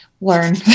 learn